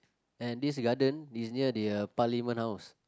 and this garden is near the parliament house